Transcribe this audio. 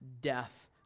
death